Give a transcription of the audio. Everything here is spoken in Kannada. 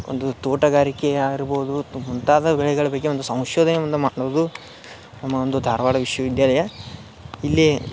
ಒಂದು ತೋಟಗಾರಿಕೆಯಾರ್ಬೋದು ತು ಮುಂತಾದ ಬೆಳೆಗಳ ಬಗ್ಗೆ ಒಂದು ಸಂಶೋಧನವನ್ನ ಮಾಡೋದು ನಮ್ಮ ಒಂದು ಧಾರವಾಡ ವಿಶ್ವ ವಿದ್ಯಾಲಯ ಇಲ್ಲಿ